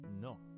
No